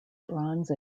bronze